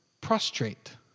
prostrate